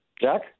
Jack